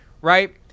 right